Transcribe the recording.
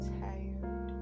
tired